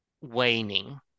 waning